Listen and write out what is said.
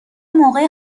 موقع